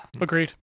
Agreed